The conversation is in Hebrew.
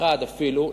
אחד אפילו,